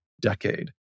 decade